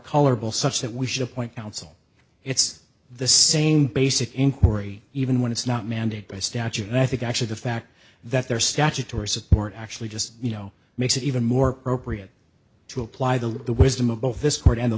colorable such that we should appoint counsel it's the same basic inquiry even when it's not mandated by statute and i think actually the fact that there statutory support actually just you know makes it even more proprium to apply the law the wisdom of both this court and the